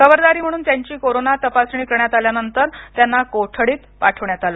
खबरदारी म्हणून त्यांची कोरोना तपासणी करण्यात आल्यानंतर त्यांना कोठडीत पाठवण्यात आलं